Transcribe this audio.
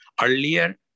earlier